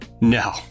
No